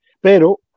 Pero